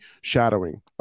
shadowing